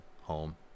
home